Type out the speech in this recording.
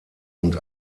und